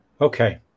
Okay